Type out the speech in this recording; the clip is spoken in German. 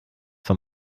von